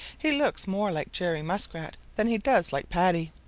he looks more like jerry muskrat than he does like paddy.